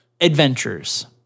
adventures